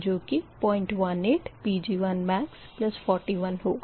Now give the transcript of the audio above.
1 1max018 Pg1max41 होगा